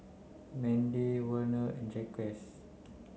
Mendy Werner and Jacquez